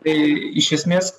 tai iš esmės